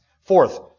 Fourth